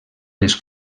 les